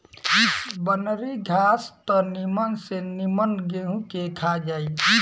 बनरी घास त निमन से निमन गेंहू के खा जाई